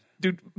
Dude